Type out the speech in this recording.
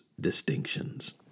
distinctions